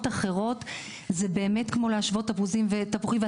אחרות זה באמת כמו להשוות תפוזים לתפוחים,